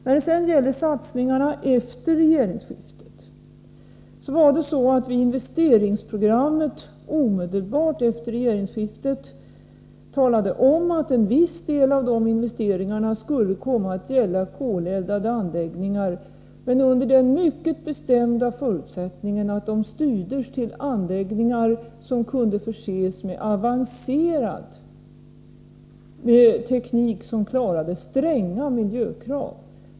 När det sedan gäller satsningarna efter regeringsskiftet så var det på det sättet att vi i investeringsprogrammet omedelbart efter regeringsskiftet talade om att en viss del av de investeringarna skulle komma att gälla koleldade anläggningar, men under den mycket bestämda förutsättningen att de styrdes till anläggningar som kunde förses med avancerad teknik som klarade stränga miljökrav.